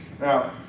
Now